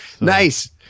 Nice